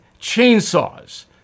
chainsaws